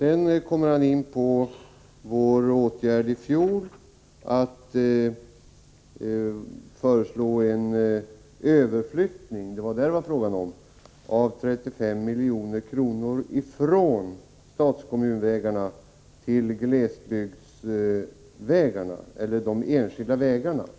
Emellertid kom Kurt Hugosson in på vårt förslag om en överflyttning — det var vad det var fråga om — av 35 milj.kr. från statskommunvägarna till de enskilda vägarna.